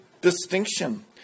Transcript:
distinction